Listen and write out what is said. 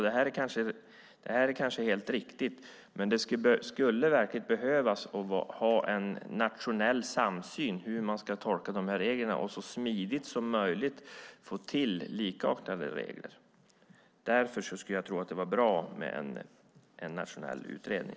Det kanske är helt riktigt, men det skulle verkligen behövas en nationell samsyn i hur reglerna ska tolkas och så smidigt som möjligt få till likartade regler. Därför tror jag att det skulle vara bra med en nationell utredning.